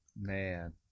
Man